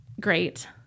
great